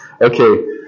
Okay